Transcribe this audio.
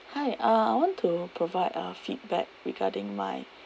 hi uh I want to provide uh feedback regarding my